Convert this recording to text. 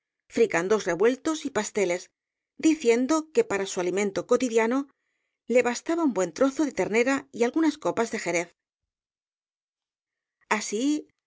fricandós revueltos y pasteles diciendo que para su alimento cotidiano le bastaba un buen trozo de ternera y algunas copas de jerez